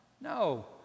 No